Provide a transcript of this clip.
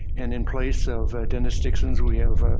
and in place of ah dennis dixon, we have ah